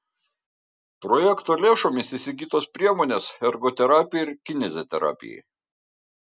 projekto lėšomis įsigytos priemonės ergoterapijai ir kineziterapijai